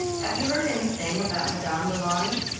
have you heard anything about madame du launy?